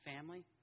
family